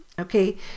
okay